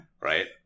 right